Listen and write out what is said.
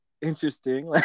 Interesting